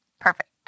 Perfect